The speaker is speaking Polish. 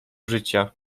życia